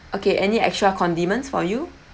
okay any extra condiments for you